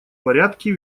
порядке